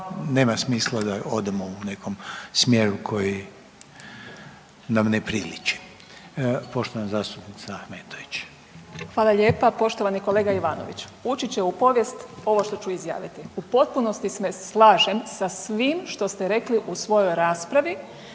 nema smisla da odemo u nekom smjeru koji nam ne priliči. Poštovana zastupnica Ahmetović. **Ahmetović, Mirela (SDP)** Hvala lijepa. Poštovani kolega Ivanoviću, ući će u povijest ovo što ću izjaviti. U potpunosti se slažem sa svim što ste rekli u svojoj raspravi,